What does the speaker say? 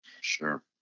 Sure